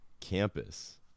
campus